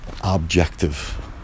objective